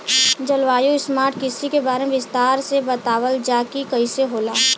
जलवायु स्मार्ट कृषि के बारे में विस्तार से बतावल जाकि कइसे होला?